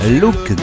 look